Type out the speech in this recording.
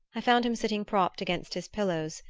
i found him sitting propped against his pillows,